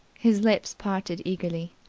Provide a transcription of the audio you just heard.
his lips parted eagerly,